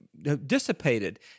dissipated